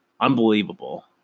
Unbelievable